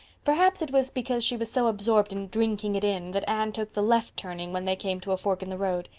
perhaps it was because she was so absorbed in drinking it in that anne took the left turning when they came to a fork in the road.